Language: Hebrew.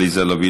עליזה לביא,